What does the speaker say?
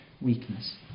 weakness